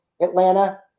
Atlanta